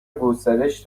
گسترش